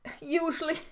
Usually